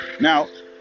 Now